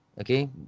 okay